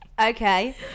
Okay